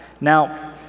now